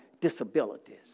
disabilities